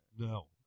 No